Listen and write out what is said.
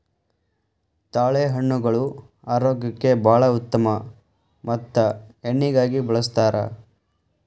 ತಾಳೆಹಣ್ಣುಗಳು ಆರೋಗ್ಯಕ್ಕೆ ಬಾಳ ಉತ್ತಮ ಮತ್ತ ಎಣ್ಣಿಗಾಗಿ ಬಳ್ಸತಾರ